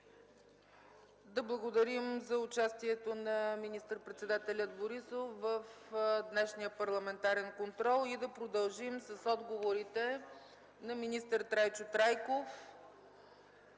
Да благодарим за участието на министър-председателя Борисов в днешния парламентарен контрол и да продължим с отговорите на министър Трайчо Трайков.